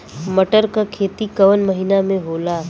मटर क खेती कवन महिना मे होला?